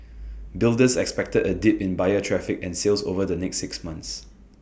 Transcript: builders expected A dip in buyer traffic and sales over the next six months